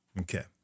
Okay